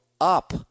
up